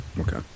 Okay